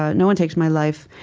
ah no one takes my life,